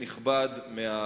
אוקיי.